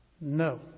No